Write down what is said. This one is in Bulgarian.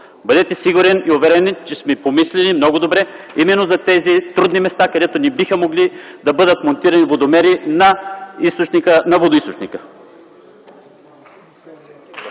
Бъдете сигурен и уверен, че сме помислили много добре именно за тези трудни места, където не биха могли да бъдат монтирани водомери на водоизточника.